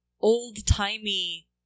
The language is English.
Old-timey